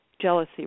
jealousy